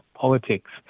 politics